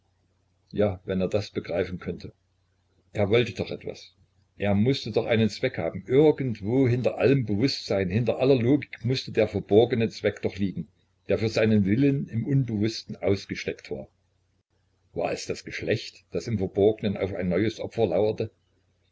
ja wenn er das begreifen könnte er wollte doch etwas er mußte doch einen zweck haben irgendwo hinter allem bewußtsein hinter aller logik mußte der verborgene zweck doch liegen der für seinen willen im unbewußten ausgesteckt war war es das geschlecht das im verborgenen auf ein neues opfer lauerte